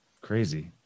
crazy